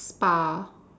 spa